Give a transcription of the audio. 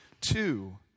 two